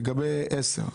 לגבי (10)